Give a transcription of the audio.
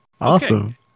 Awesome